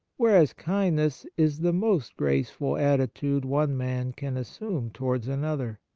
whereas kindness is the most graceful attitude one man can assume towards another.